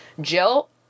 Jill